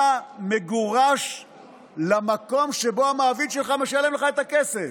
אתה מגורש למקום שבו המעביד שלך משלם לך את הכסף.